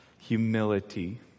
humility